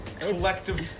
collective